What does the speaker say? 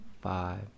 five